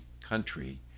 country